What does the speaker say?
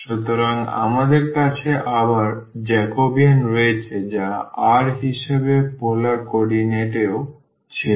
সুতরাং আমাদের কাছে আবার জ্যাকোবিয়ান রয়েছে যা r হিসেবে পোলার কোঅর্ডিনেট এও ছিল